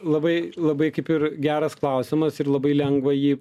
labai labai kaip ir geras klausimas ir labai lengva jį